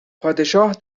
پادشاه